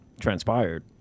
transpired